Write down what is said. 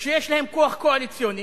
וכשיש להם כוח קואליציוני